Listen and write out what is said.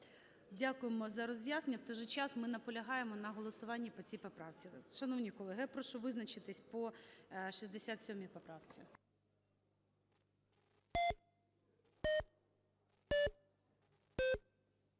Дякуємо за роз'яснення. В той же час, ми наполягаємо на голосуванні по цій поправці. Шановні колеги, я прошу визначитися по 67 поправці.